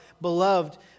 beloved